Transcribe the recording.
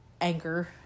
anger